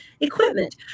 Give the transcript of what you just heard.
equipment